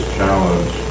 challenge